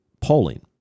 polling